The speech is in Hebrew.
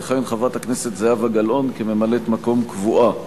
תכהן חברת הכנסת זהבה גלאון כממלאת-מקום קבועה.